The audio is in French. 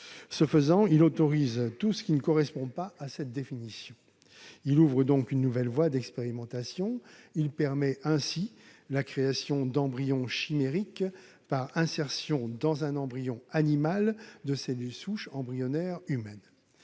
Ce faisant, il autorise tout ce qui ne correspond pas à cette définition et ouvre donc une nouvelle voie d'expérimentation. Il permet ainsi la création d'embryons chimériques par insertion dans un embryon animal de cellules souches embryonnaires humaines.